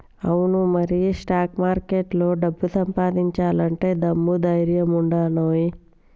అవును మరి స్టాక్ మార్కెట్లో డబ్బు సంపాదించాలంటే దమ్ము ధైర్యం ఉండానోయ్